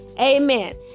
Amen